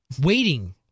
waiting